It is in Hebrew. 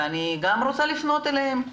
אני רוצה לפנות אליהם.